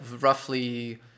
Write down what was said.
roughly